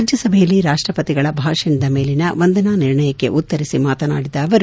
ರಾಜ್ಯಸಭೆಯಲ್ಲಿ ರಾಷ್ಟ್ರಪತಿಗಳ ಭಾಷಣದ ಮೇಲಿನ ವಂದನಾ ನಿರ್ಣಯಕ್ಕೆ ಉತ್ತರಿಸಿ ಮಾತನಾಡಿದ ಅವರು